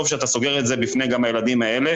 שאתה סוגר את זה גם בפני הילדים האלה.